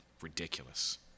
ridiculous